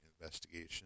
investigation